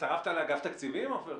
הצטרפת לאגף התקציבים, עופר?